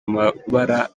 amabara